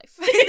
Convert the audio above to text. life